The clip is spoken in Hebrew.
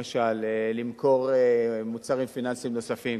למשל למכור מוצרים פיננסיים נוספים,